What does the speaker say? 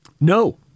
No